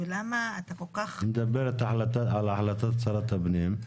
היא מדברת על החלטת שרת הפנים.